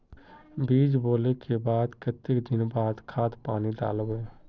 बीज बोले के बाद केते दिन बाद खाद पानी दाल वे?